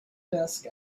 desk